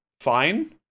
fine